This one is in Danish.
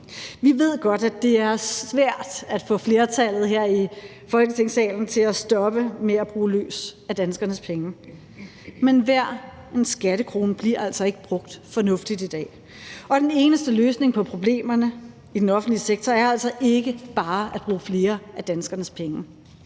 Vi ved godt, at det er svært at få flertallet her i Folketingssalen til at stoppe med at bruge løs af danskernes penge, men hver en skattekrone bliver altså ikke brugt fornuftigt i dag, og den eneste løsning på problemerne i den offentlige sektor er altså ikke bare at bruge flere af danskernes penge.